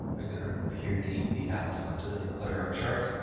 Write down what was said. i'm going to remove here the the atlas line. so it doesn't clutter, our charts.